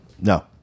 no